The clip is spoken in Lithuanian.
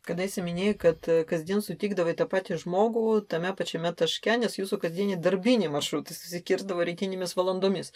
kadaise minėjai kad kasdien sutikdavai tą patį žmogų tame pačiame taške nes jūsų kasdieniai darbiniai maršrutai susikirsdavo rytinėmis valandomis